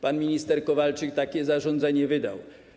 Pan minister Kowalczyk takie zarządzenie wydał.